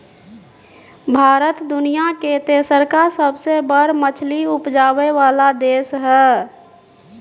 भारत दुनिया के तेसरका सबसे बड़ मछली उपजाबै वाला देश हय